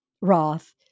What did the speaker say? Roth